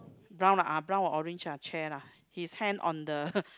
brown ah brown or orange ah chair lah his hand on the